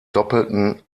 doppelten